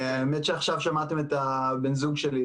האמת שעכשיו שמעתם את בן הזוג שלי,